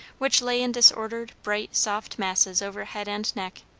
which lay in disordered, bright, soft masses over head and neck.